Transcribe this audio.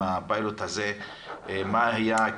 מה היה,